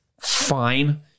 fine